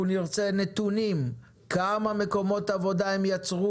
אנחנו נרצה נתונים של כמה מקומות עבודה הם יצרו